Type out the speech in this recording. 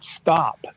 stop